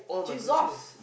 jesus